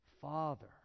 Father